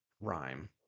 Rhyme